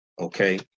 okay